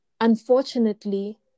unfortunately